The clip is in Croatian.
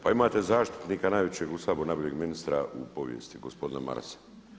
Pa imate zaštitnika najvećeg u Saboru, najboljeg ministra u povijesti gospodina Marasa.